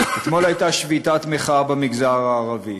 אתמול הייתה שביתת מחאה במגזר הערבי.